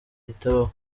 itabaho